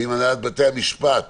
ואם הנהלת בתי המשפט